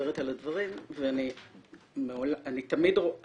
עוברת על הדברים ואני תמיד רואה --- אגב,